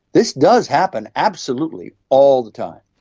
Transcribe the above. this does happen absolutely all the time.